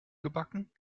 gebacken